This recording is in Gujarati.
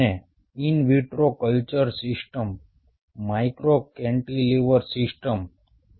અને in vitro culture system micro cantilever system છે